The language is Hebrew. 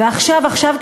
ועכשיו-עכשיו,